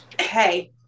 Hey